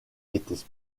étaient